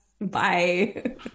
Bye